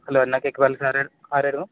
hello അന്ന cake worlds ആരായിരുന്നു